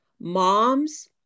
moms